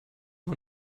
man